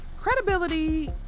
Credibility